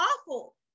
awful